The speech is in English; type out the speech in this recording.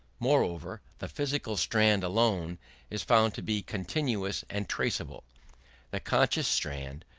moreover, the physical strand alone is found to be continuous and traceable the conscious strand,